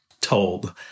told